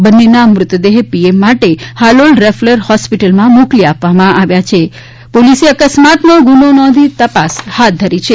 બંનેના મૃતદેહ પીએમ માટે હાલોલ રેફરલ હોસ્પિટલમાં મોકલી આપવામાં આવ્યા છે અને અકસ્માતનો ગુનો નોંધી પોલીસે તપાસ હાથ ધરી છે